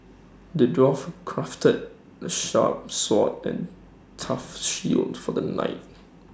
the dwarf crafted A sharp sword and tough shield for the knight